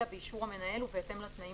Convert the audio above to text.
אלא באישור המנהל ובהתאם לתנאים